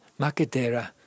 Macadera